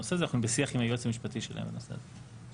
אנחנו בשיח עם היועץ המשפטי שלהם בנושא הזה.